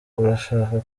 urashaka